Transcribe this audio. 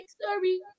sorry